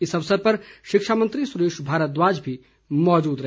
इस अवसर पर शिक्षा मंत्री सुरेश भारद्वाज भी मौजूद रहे